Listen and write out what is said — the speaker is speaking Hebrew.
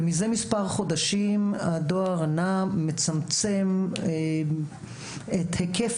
מזה מספר חודשים הדואר הנע מצמצם את היקף